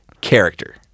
character